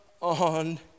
on